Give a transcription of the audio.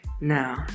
Now